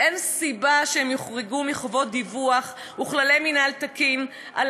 ואין סיבה שהם יוחרגו מחובות דיווח וכללי מינהל תקין על